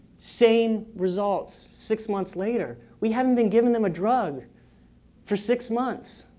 same results six months later. we hadn't been giving them a drug for six months.